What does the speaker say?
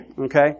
Okay